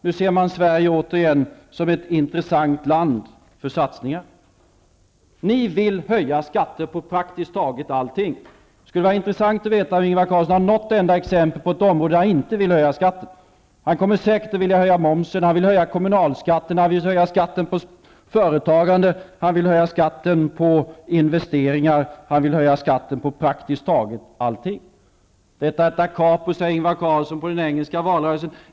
Nu ser man återigen Sverige som ett intressant land för satsningar. Ni vill höja skatter på praktiskt taget allting. Det skulle vara intressant att veta om Ingvar Carlsson har något enda exempel på ett område där han inte vill höja skatten. Han kommer säkert att vilja höja momsen. Han vill höja kommunalskatten. Han vill höja skatten på företagande. Han vill höja skatten på investeringar. Han vill höja skatten på praktiskt taget allting. Detta är ett da capo, säger Ingvar Carlsson, på den engelska valrörelsen.